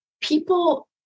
people